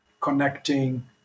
connecting